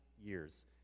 years